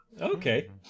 Okay